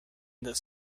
this